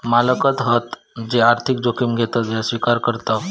मालकच हत जे आर्थिक जोखिम घेतत ह्या स्विकार करताव